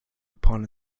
upon